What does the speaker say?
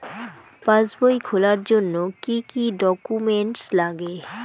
পাসবই খোলার জন্য কি কি ডকুমেন্টস লাগে?